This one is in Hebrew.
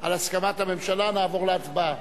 על הסכמת הממשלה, נעבור להצבעה.